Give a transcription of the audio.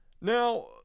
Now